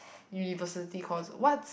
university cost what's